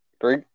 Three